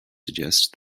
suggest